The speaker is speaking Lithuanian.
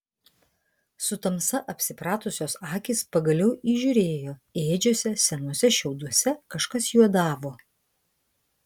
su tamsa apsipratusios akys pagaliau įžiūrėjo ėdžiose senuose šiauduose kažkas juodavo